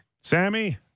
sammy